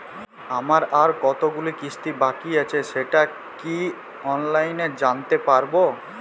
আমার আর কতগুলি কিস্তি বাকী আছে সেটা কি অনলাইনে জানতে পারব?